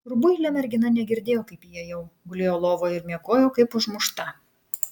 rubuilė mergina negirdėjo kaip įėjau gulėjo lovoje ir miegojo kaip užmušta